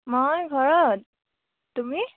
মই ঘৰত তুমি